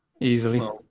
Easily